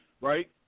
right